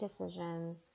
decisions